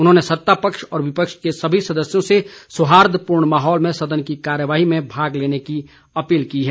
उन्होंने सत्ता पक्ष और विपक्ष के सभी सदस्यों से सौहार्दपूर्ण माहौल में सदन की कार्यवाही में भाग लेने की अपील की है